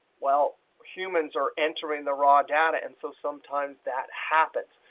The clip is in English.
well humans are entering the raw data and so sometimes that happens.